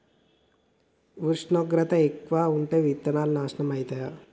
ఉష్ణోగ్రత ఎక్కువగా ఉంటే విత్తనాలు నాశనం ఐతయా?